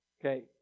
Okay